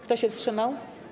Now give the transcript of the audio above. Kto się wstrzymał?